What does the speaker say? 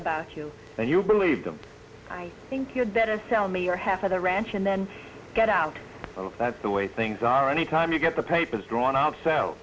about you and you believed him i think you'd better sell me your half of the ranch and then get out that's the way things are any time you get the papers drawn up so